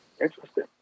Interesting